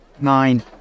Nine